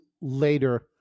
later